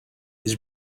his